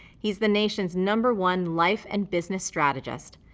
he's the nation's number one life and business strategist.